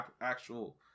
actual